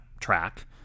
track